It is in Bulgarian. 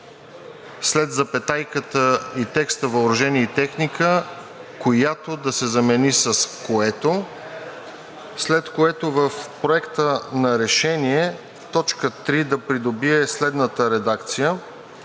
след запетайката и текста „въоръжение и техника“ думата „която“ да се замени с „което“, след което в Проекта на решение т. 3 да придобие следната редакция: